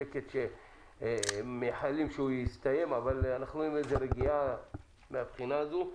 שקט שמייחלים שהוא יסתיים אבל אנחנו רואים רגיעה מהבחינה הזאת.